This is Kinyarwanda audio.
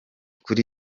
kuri